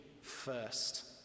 first